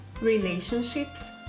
relationships